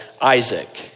Isaac